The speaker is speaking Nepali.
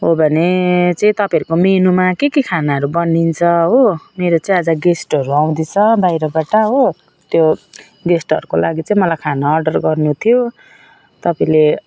हो भने चाहिँ तपाईँहरूको मेनुमा के के खानाहरू चाहिँ बनिन्छ हो मेरो चाहिँ आज गेस्टहरू आउँदैछ बाहिरबाट हो त्यो गेस्टहरूको लागि चाहिँ मलाई खाना अडर गर्नु थियो तपाईँले